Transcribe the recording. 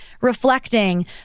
reflecting